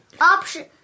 Option